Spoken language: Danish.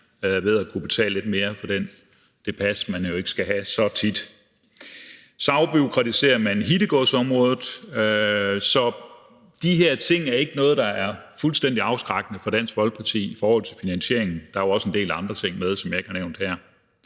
ved at betale lidt mere for det pas, man jo ikke skal have så tit. Og så afbureaukratiserer man hittegodsområdet. De her ting er ikke nogle, der er fuldstændig afskrækkende for Dansk Folkeparti i forhold til finansieringen, og der er også en del andre ting med, som jeg ikke har nævnt her.